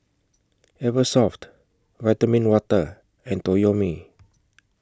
Eversoft Vitamin Water and Toyomi